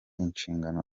inshingano